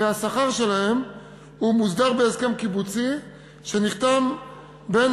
והשכר שלהן מוסדר בהסכם קיבוצי שנחתם בין